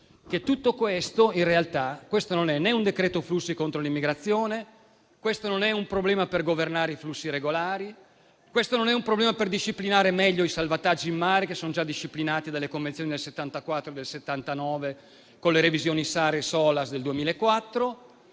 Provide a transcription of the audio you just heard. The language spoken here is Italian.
questo in realtà non è un decreto-legge flussi contro l'immigrazione clandestina; non è un provvedimento per governare i flussi regolari; non è un provvedimento per disciplinare meglio i salvataggi in mare, che sono già disciplinati dalle Convenzioni del 1974 e del 1979, con le revisioni SAR e SOLAS del 2004.